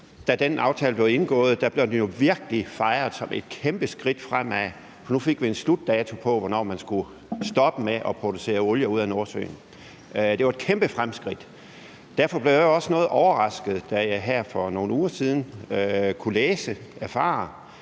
Da den aftale blev indgået, blev den jo virkelig fejret som et kæmpe skridt fremad, for nu fik vi en slutdato, altså en dato for, hvornår man skulle stoppe med produktion af olie fra Nordsøen. Det var et kæmpe fremskridt, og derfor blev jeg også noget overrasket, da jeg her for nogle uger siden kunne læse, erfare,